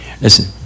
Listen